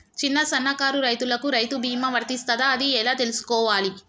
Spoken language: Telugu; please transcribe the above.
చిన్న సన్నకారు రైతులకు రైతు బీమా వర్తిస్తదా అది ఎలా తెలుసుకోవాలి?